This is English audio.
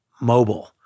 mobile